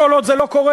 כל עוד זה לא קורה,